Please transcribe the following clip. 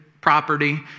property